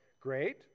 great